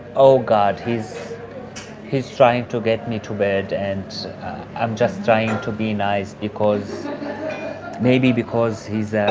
oh, god, he's he's trying to get me to bed, and i'm just trying to be nice because maybe because he's yeah